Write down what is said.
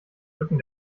rücken